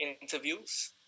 interviews